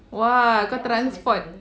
!wah! kau transport